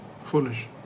Foolish